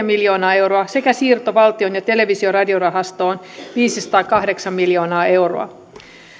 miljoonaa euroa sekä siirto valtion televisio ja radiorahastoon viisisataakahdeksan miljoonaa euroa